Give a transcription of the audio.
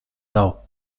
nav